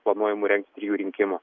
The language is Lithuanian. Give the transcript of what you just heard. planuojamų rengti trijų rinkimų